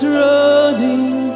running